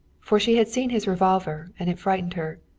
for she had seen his revolver, and it frightened her.